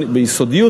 ביסודיות,